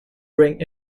bring